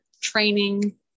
training